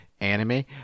anime